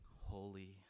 holy